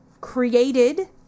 created